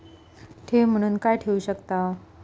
ठेव म्हणून काय ठेवू शकताव?